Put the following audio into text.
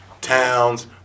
towns